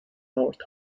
north